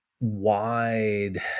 wide